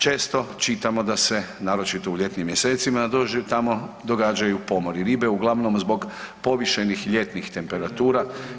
Često čitamo da se, naročito u ljetnim mjesecima tamo događaju pomori ribe uglavnom zbog povišenih ljetnih temperatura.